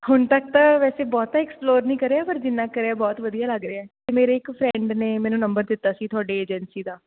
ਹੁਣ ਤੱਕ ਤਾਂ ਵੈਸੇ ਬਹੁਤਾ ਐਕਸਪਲੋਰ ਨਹੀਂ ਕਰਿਆ ਪਰ ਜਿੰਨਾ ਕਰਿਆ ਬਹੁਤ ਵਧੀਆ ਲੱਗ ਰਿਹਾ ਅਤੇ ਮੇਰੇ ਇੱਕ ਫਰੈਂਡ ਨੇ ਮੈਨੂੰ ਨੰਬਰ ਦਿੱਤਾ ਸੀ ਤੁਹਾਡੀ ਏਜੰਸੀ ਦਾ